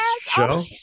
show